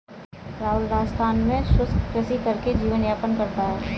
राहुल राजस्थान में शुष्क कृषि करके जीवन यापन करता है